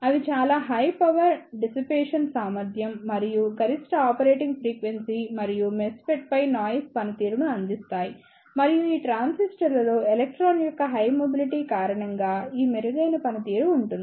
అవి చాలా high power dissipation సామర్ధ్యం మరియు గరిష్ట ఆపరేటింగ్ ఫ్రీక్వెన్సీ మరియు మెస్ఫెట్ పై నాయిస్ పనితీరును అందిస్తాయి మరియు ఈ ట్రాన్సిస్టర్లలో ఎలక్ట్రాన్ యొక్క హై మొబిలిటీ కారణంగా ఈ మెరుగైన పనితీరు ఉంటుంది